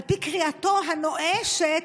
על פי קריאתו הנואשת,